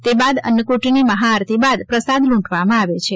તે બાદ અન્નફૂટની મહાઆરતી બાદ પ્રસાદ લૂંટવામાં આવે છે